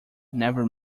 never